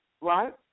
right